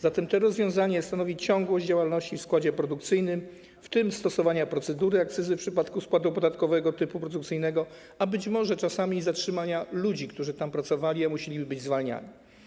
Zatem to rozwiązanie zapewni ciągłość działalności w składzie produkcyjnym, w tym stosowania procedury akcyzy w przypadku składu podatkowego typu produkcyjnego, a być może czasami zatrzymanie ludzi, którzy tam pracowali, a musieliby być zwalniani.